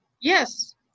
Yes